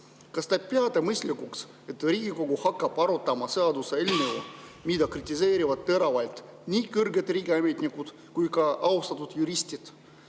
Kas te peate mõistlikuks, et Riigikogu hakkab arutama seaduseelnõu, mida kritiseerivad teravalt nii kõrged riigiametnikud kui ka austatud juristid?